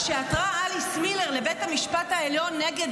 כשעתרה אליס מילר לבית המשפט העליון נגד